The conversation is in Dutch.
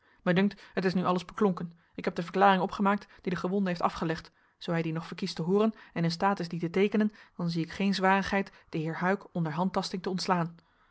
mij dunkt het is nu alles beklonken ik heb de verklaring opgemaakt die de gewonde heeft afgelegd zoo hij die nog verkiest te hooren en in staat is die te teekenen dan zie ik geen zwarigheid den heer huyck onder handtasting te ontslaan